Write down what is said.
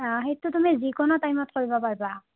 সেইটো তুমি যিকোনো টাইমত কৰিব পাৰিবা